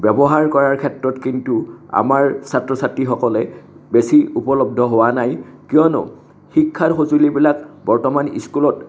ব্যৱহাৰ কৰাৰ ক্ষেত্ৰত কিন্তু আমাৰ ছাত্ৰ ছাত্ৰীসকলে বেছি উপলব্ধ হোৱা নাই কিয়নো শিক্ষাৰ সঁজুলিবিলাক বৰ্তমান স্কুলত